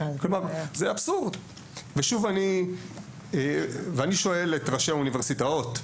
כלומר זה אבסורד ואני שואל את ראשי האוניברסיטאות,